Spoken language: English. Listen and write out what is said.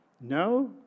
No